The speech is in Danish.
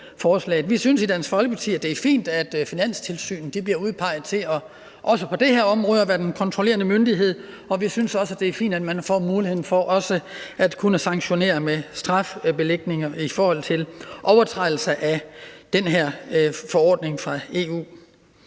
Vi synes i Dansk Folkeparti, at det er fint, at Finanstilsynet bliver udpeget til også på det her område at være den kontrollerende myndighed, og vi synes også, at det er fint, at man får mulighed for også at kunne sanktionere, altså strafbelægge overtrædelser af den her forordning fra EU.